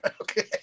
Okay